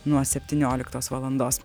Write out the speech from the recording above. nuo septynioliktos valandos